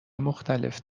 مختلف